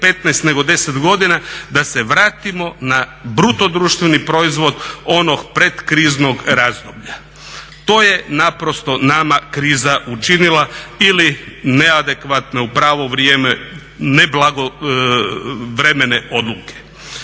15 nego 10 godina da se vratimo na BDP-a onog pred kriznog razdoblja. To je naprosto nama kriza učinila ili neadekvatno u pravo vrijeme nepravovremene odluke.